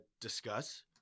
discuss